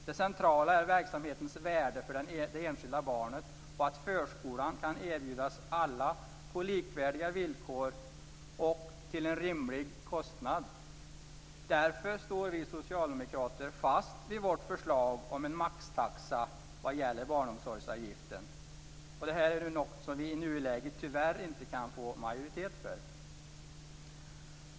Det centrala är verksamhetens värde för det enskilda barnet och att förskola kan erbjudas alla på likvärdiga villkor och till en rimlig kostnad. Därför står vi socialdemokrater fast vid vårt förslag om en maxtaxa vad gäller barnomsorgsavgiften. Detta är något som vi i nuläget tyvärr inte kan få majoritet för.